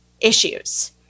issues